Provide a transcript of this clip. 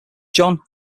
john